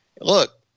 look